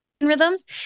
Rhythms